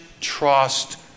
trust